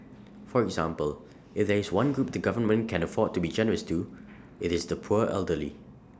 for example if there is one group the government can afford to be generous to IT is the poor elderly